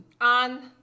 on